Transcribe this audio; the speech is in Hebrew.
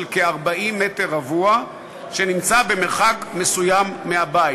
כ-40 מטר רבוע שנמצא במרחק מסוים מהבית.